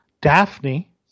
Daphne